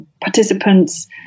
participants